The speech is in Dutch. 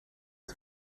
het